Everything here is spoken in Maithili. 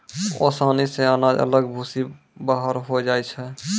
ओसानी से अनाज अलग भूसी बाहर होय जाय छै